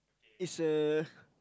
is uh